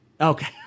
Okay